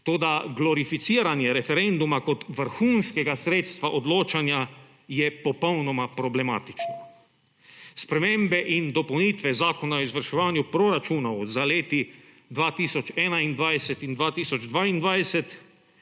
toda glorificiranje referenduma kot vrhunskega sredstva odločanja je popolnoma problematično. Spremembe in dopolnitve Zakona o izvrševanju proračunov za leti 2021 in 2022